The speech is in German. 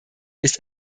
ist